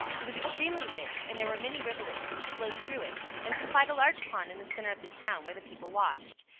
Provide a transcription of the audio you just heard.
it was extremely rich, and there were many rivulets which flowed through it, and supplied a large pond in the centre of the town, where the people washed.